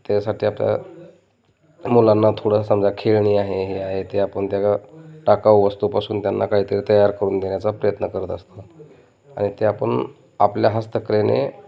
त्यासाठी आपल्या मुलांना थोडंं समजा खेळणी आहे हे आहे ते आपण त्या टाकाऊ वस्तूपासून त्यांना काहीतरी तयार करून देण्याचा प्रयत्न करत असतो आणि ते आपण आपल्या हस्तकलेने